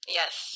yes